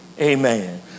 Amen